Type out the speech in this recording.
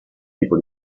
tipo